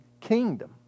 kingdom